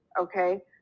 Okay